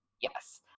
Yes